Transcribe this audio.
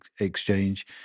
exchange